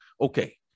Okay